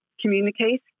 communicate